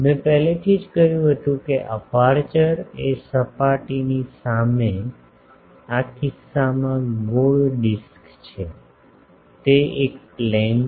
મેં પહેલેથી જ કહ્યું હતું કે અપેર્ચર એ સપાટીની સામે આ કિસ્સામાં ગોળ ડિસ્ક છે તે એક પ્લેન છે